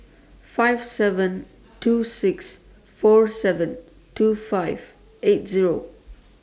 five seven two six four seven two five eight Zero